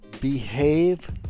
Behave